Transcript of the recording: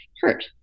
hurt